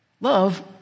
Love